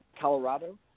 colorado